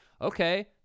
okay